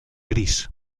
gris